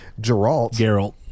Geralt